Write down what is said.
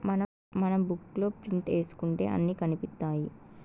మనం బుక్ లో ప్రింట్ ఏసుకుంటే అన్ని కనిపిత్తాయి